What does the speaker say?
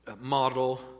model